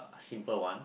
simple one